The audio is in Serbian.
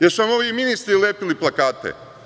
Jesu li vam ovi ministri lepili plakate?